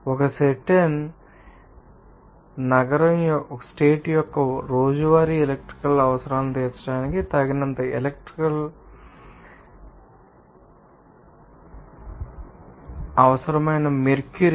ఒక సర్టెన్ నగరం యొక్క రోజువారీ ఎలక్ట్రికల్ అవసరాలను తీర్చడానికి తగినంత ఎలక్ట్రికల్ తెలుసు లేదా మీకు తెలిసిన మరికొన్ని ఇతర అవసరమైన మెర్క్యూరీ